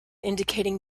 indicating